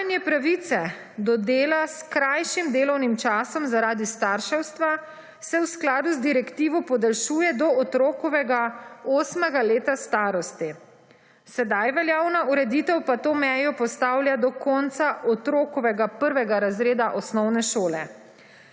Trajanje pravice do dela s krajšim delovnim časom, zaradi starševstva se v skladu z direktivo podaljšuje do otrokovega 8. leta starosti. Sedaj veljavna ureditev pa to mejo postavlja do konca otrokovega 1. razreda osnovne šole.